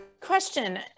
question